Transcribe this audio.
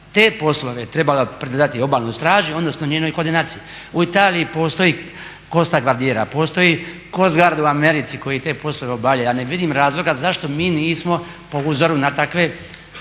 Te poslove treba pridodati obalnoj straži odnosno njenoj koordinaciji. U Italiji postoji costa guardiera, postoji coast guard u Americi koji te poslove obavlja, ja ne vidim razloga zašto mi nismo po uzoru na takva